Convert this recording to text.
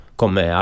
come